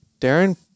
Darren